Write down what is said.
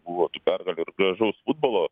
buvo pergalių ir gražaus futbolo